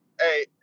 Hey